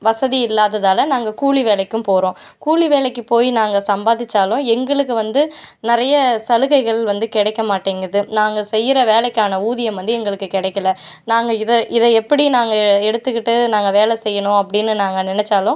வசதி இல்லாததால் நாங்கள் கூலி வேலைக்கும் போகிறோம் கூலி வேலைக்கு போய் நாங்கள் சம்பாதிச்சாலும் எங்களுக்கு வந்து நிறைய சலுகைகள் வந்து கிடைக்க மாட்டேங்குது நாங்கள் செய்கிற வேலைக்கான ஊதியம் வந்து எங்களுக்கு கிடைக்கல நாங்கள் இதை இதை எப்படி நாங்கள் எடுத்துக்கிட்டு நாங்கள் வேலை செய்யணும் அப்படினு நாங்கள் நினச்சாலும்